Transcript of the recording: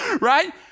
right